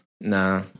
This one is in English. Nah